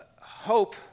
Hope